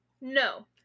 No